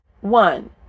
One